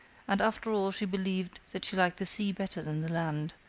and after all she believed that she liked the sea better than the land,